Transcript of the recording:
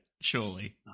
Surely